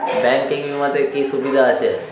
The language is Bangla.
ব্যাঙ্কিং বিমাতে কি কি সুবিধা আছে?